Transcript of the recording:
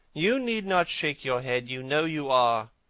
you need not shake your head you know you are.